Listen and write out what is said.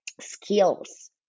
skills